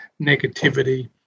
negativity